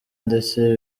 ndetse